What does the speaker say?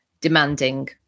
demanding